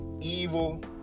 evil